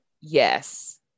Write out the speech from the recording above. yes